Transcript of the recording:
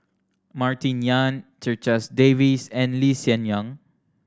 Martin Yan Checha Davies and Lee Hsien Yang